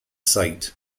site